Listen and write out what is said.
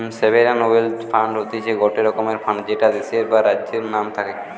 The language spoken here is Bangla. সভেরান ওয়েলথ ফান্ড হতিছে গটে রকমের ফান্ড যেটা দেশের বা রাজ্যের নাম থাকে